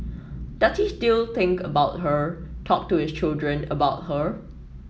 does he still think about her talk to his children about her